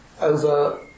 over